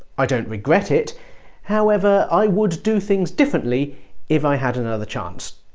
i don't regret it however, i would do things differently if i had another chance